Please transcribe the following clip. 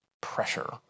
pressure